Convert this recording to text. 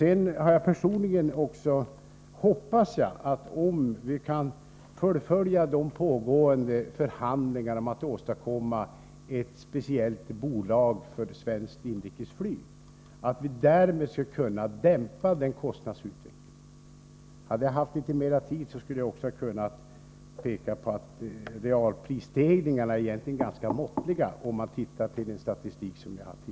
Jag hoppas personligen att vi, om vi kan fullfölja de pågående förhandlingarna om att åstadkomma ett speciellt bolag för svenskt inrikesflyg, skall kunna dämpa kostnadsutvecklingen. Hade jag haft mer tid på mig hade jag kunnat gå in mer på det förhållandet att realprisstegringarna egentligen är ganska måttliga, att döma av den statistik som finns.